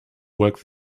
work